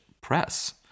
Press